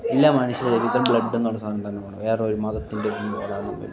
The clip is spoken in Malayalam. എല്ലാ മനുഷ്യരുടേയും ബ്ലഡെന്നുള്ള സാധനം തന്നെയാണ് വേറൊരു മതത്തിൻ്റെ അതൊന്നുമല്ല